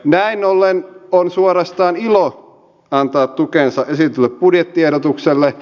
näin ollen on suorastaan ilo antaa tukensa esitetylle budjettiehdotukselle